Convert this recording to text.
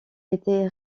été